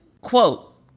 quote